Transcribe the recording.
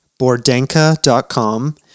Bordenka.com